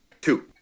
Two